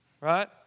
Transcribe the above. Right